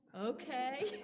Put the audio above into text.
Okay